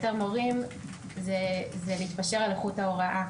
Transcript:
יותר מורים זה להתפשר על איכות ההוראה,